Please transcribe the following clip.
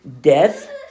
death